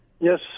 Yes